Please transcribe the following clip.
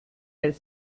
had